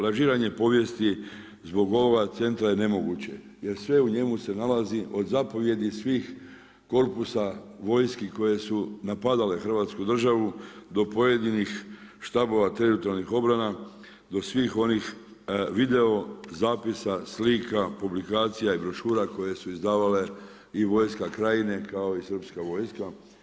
Lažiranje povijesti zbog ovoga centra je nemoguće, jer sve u njemu se nalazi, od zapovjedi svih korpusa, vojske koje su napadale Hrvatsku državu, do pojedinih štabova teritorijalnih obrana, do svih onih video zapisa, slika, publikacija i brošira koje su izdavale i vojska Krajine kao i srpska vojska.